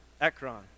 Ekron